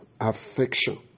affection